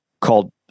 called